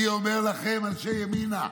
אני אומר לכם, אנשי ימינה,